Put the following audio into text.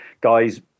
guys